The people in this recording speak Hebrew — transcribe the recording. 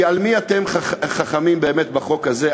היא: על מי אתם חכמים באמת בחוק הזה,